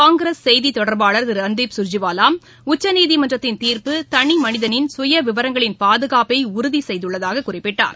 காங்கிரஸ் செய்தித் தொடர்பாளர் திரு ரன்தீப் கர்ஜிவாலா உச்சநீதிமன்றத்தின் தீர்ப்பு தனி மனிதனின் சுய விவரங்களின் பாதுகாப்பை உறுதி செய்துள்ளதாக குறிப்பிட்டார்